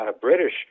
British